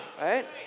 right